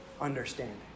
understanding